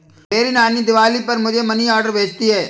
मेरी नानी दिवाली पर मुझे मनी ऑर्डर भेजती है